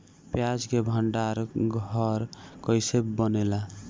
प्याज के भंडार घर कईसे बनेला?